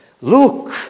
Look